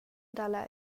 dalla